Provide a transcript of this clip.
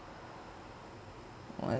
what